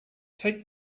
take